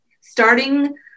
starting